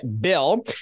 bill